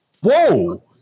Whoa